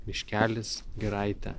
miškelis giraitė